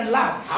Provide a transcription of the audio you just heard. love